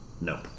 No